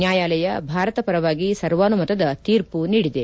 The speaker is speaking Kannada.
ನ್ನಾಯಾಲಯ ಭಾರತ ಪರವಾಗಿ ಸರ್ವಾನುಮತದ ತೀರ್ಪು ನೀಡಿದೆ